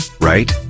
right